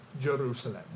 Jerusalem